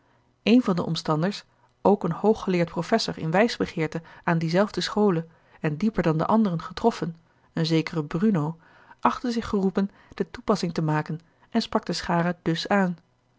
een van de omstanders ook een hoog geleerd professor in wijsbegeerte aan diezelfde schole en dieper dan de anderen getroffen een zekere bruno achtte zich geroepen de toepassing te maken en sprak de schare dus aan